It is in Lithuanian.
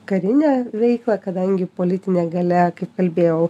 karinę veiklą kadangi politinė galia kaip kalbėjau